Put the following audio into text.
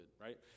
right